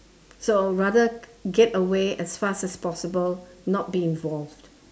so rather get away as fast as possible not be involved